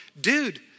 dude